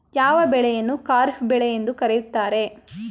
ಯಾವ ಬೆಳೆಯನ್ನು ಖಾರಿಫ್ ಬೆಳೆ ಎಂದು ಕರೆಯುತ್ತಾರೆ?